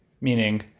meaning